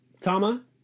Tama